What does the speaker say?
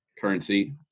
currency